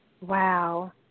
Wow